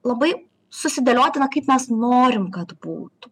labai susidėlioti na kaip mes norim kad būtų